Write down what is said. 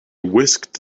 whisked